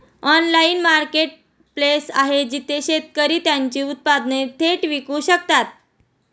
Online marketplace आहे जिथे शेतकरी त्यांची उत्पादने थेट विकू शकतात?